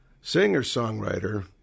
singer-songwriter